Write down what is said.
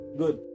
good